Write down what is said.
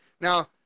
Now